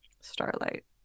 Starlight